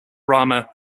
river